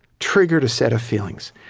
triggered a set of feelings.